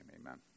amen